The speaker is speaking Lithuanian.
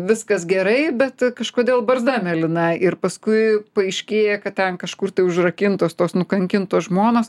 viskas gerai bet kažkodėl barzda mėlyna ir paskui paaiškėja kad ten kažkur tai užrakintos tos nukankintos žmonos